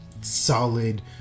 solid